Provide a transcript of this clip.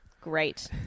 great